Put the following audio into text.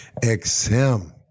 XM